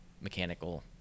mechanical